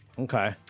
Okay